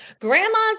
grandma's